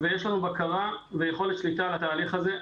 ויש לנו בקרה ויכולת שליטה על התהליך הזה.